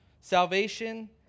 salvation